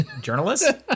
journalist